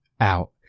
out